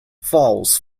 falls